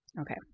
Okay